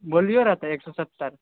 बोललियौ रहए तऽ एक सए सत्तरि